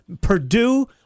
Purdue